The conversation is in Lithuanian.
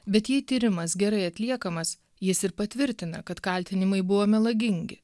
bet jei tyrimas gerai atliekamas jis ir patvirtina kad kaltinimai buvo melagingi